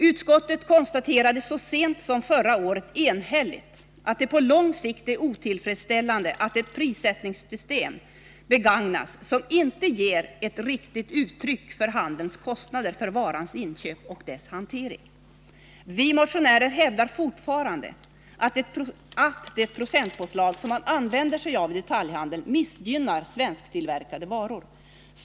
Utskottet konstaterade så sent som förra året enhälligt att det på lång sikt är otillfredsställande att ett prissättningssystem begagnas som inte ger ett riktigt uttryck för handelns kostnader för varans inköp och dess hantering. Vi motionärer hävdar fortfarande att det procentpåslag som man använder sig avi detaljhandeln missgynnar svensktillverkade varor.